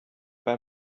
bei